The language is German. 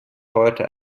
heute